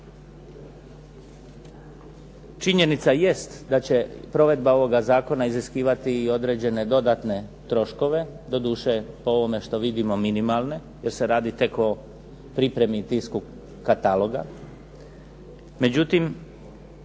Činjenica jest da će provedba ovog zakona iziskivati i određene dodatne troškove, doduše po ovome što vidimo minimalne, jer se radi tek o pripremi …/Govornik